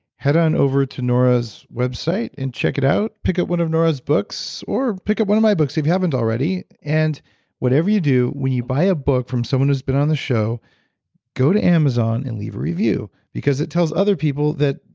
head on over to nora's website and check it out. pick up one of nora's books or pick up one of my books if you haven't already, and whatever you do, when you buy a book from someone who's been on the show go to amazon and leave a review because it tells other people that.